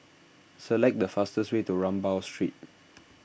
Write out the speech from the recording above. select the fastest way to Rambau Street